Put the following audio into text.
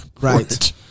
right